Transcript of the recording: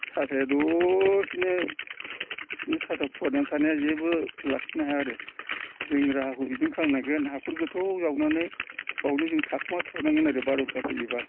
साथाया दसेनो बे साथा फुवारना थानाया जेबो लाखिनो हाया आरो जों राहाखौ बिदिनो खालामनांगोन हाखर गोथौ जावनानै बावनो जों थाखुमाना थनांगोन आरो बारहुंखा फैयाोब्ला